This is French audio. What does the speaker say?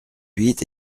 huit